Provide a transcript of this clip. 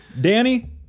Danny